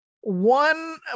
one